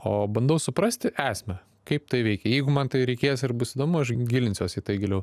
o bandau suprasti esmę kaip tai veikia jeigu man tai reikės ir bus įdomu aš gilinsiuos į tai giliau